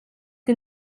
que